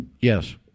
Yes